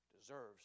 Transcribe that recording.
deserves